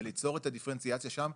וליצור את הדיפרנציאציה שם,